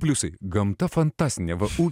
pliusai gamta fantastinė vafu